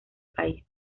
país